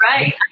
Right